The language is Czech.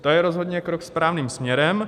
To je rozhodně krok správným směrem.